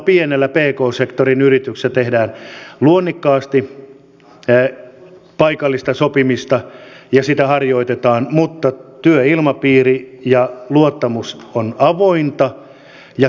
monessa pienessä pk sektorin yrityksessä tehdään luonnikkaasti paikallista sopimista ja sitä harjoitetaan mutta työilmapiiri ja luottamus on avointa ja kirjat ovat auki